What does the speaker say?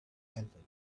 elderly